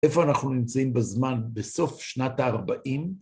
איפה אנחנו נמצאים בזמן בסוף שנת ה-40?